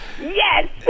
Yes